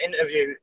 interview